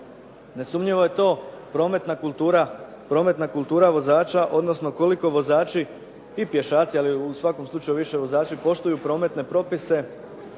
Nesumnjivo je to prometna kultura vozača odnosno koliko vozači i pješaci ali u svakom slučaju više vozači poštuju prometne propise